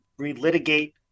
relitigate